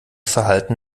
verhalten